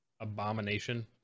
abomination